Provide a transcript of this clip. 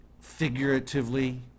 figuratively